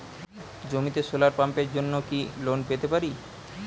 জমিতে সোলার পাম্পের জন্য কি লোন পেতে পারি?